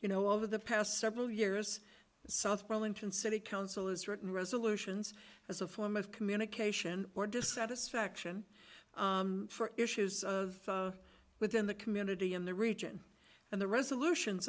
you know over the past several years south burlington city council is written resolutions as a form of communication or dissatisfaction for issues within the community in the region and the resolutions